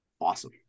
Awesome